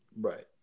Right